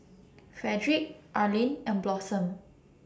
Fredrick Arlin and Blossom